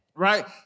Right